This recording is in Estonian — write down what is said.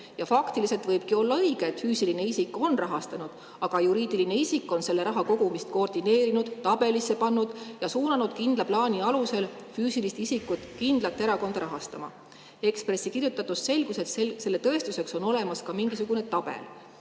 Faktiliselt võibki olla õige, et füüsiline isik on rahastanud, aga juriidiline isik on selle raha kogumist koordineerinud, selle tabelisse pannud ja suunanud kindla plaani alusel füüsilist isikut kindlat erakonda rahastama. Ekspressis kirjutatust selgus, et selle tõestuseks on olemas ka mingisugune tabel.